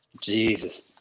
Jesus